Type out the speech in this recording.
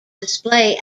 display